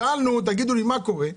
שאלנו מה קורה,